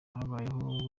habayeho